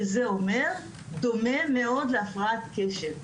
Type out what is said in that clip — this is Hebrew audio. שזה אומר דומה מאוד להפרעת קשב,